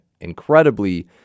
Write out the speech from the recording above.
incredibly